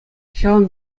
ҫавӑн